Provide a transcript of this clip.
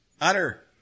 utter